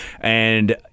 and-